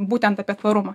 būtent apie tvarumą